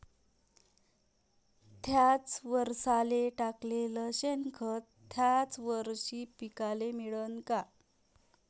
थ्याच वरसाले टाकलेलं शेनखत थ्याच वरशी पिकाले मिळन का?